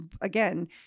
again